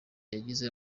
yagize